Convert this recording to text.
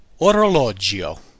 Orologio